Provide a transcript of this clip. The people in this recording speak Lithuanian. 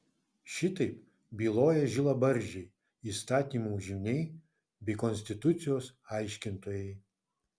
šitaip byloja žilabarzdžiai įstatymų žyniai bei konstitucijos aiškintojai